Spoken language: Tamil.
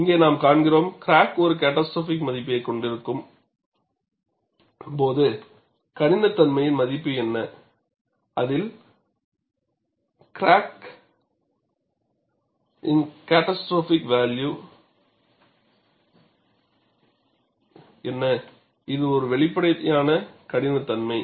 இங்கே நாம் காண்கிறோம் கிராக் ஒரு கேட்டாஸ்ட்ரோபிக் மதிப்பை கொண்டிருக்கும் போது கடினத்தன்மையின் மதிப்பு என்ன இது ஒரு வெளிப்படையான கடினத்தன்மை